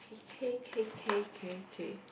okay okay okay okay okay